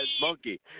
Monkey